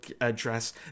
address